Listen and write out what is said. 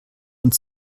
und